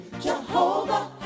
Jehovah